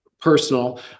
personal